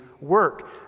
work